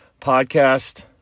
Podcast